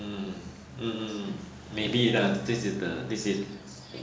hmm mm mm maybe lah this is the this is